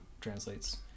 translates